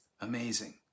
Amazing